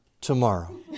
tomorrow